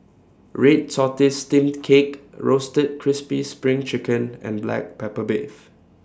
Red Tortoise Steamed Cake Roasted Crispy SPRING Chicken and Black Pepper Beef